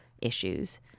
issues